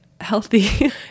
healthy